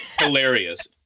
Hilarious